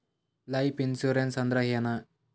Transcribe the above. Life insurance ಅಂದ್ರ ಏನ?